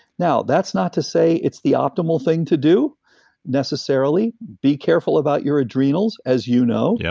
now, that's not to say it's the optimal thing to do necessarily. be careful about your adrenals, as you know yeah